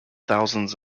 thousands